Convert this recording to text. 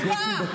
מה העונש לבוגד?